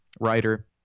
writer